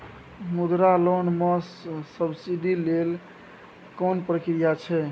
मुद्रा लोन म सब्सिडी लेल कोन प्रक्रिया छै?